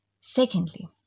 Secondly